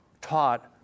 taught